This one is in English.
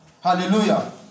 Hallelujah